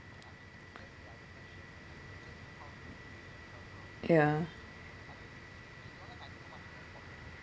ya